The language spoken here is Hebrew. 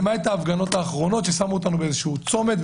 למעט ההפגנות האחרונות שהפנו אותנו לאיזה צומת,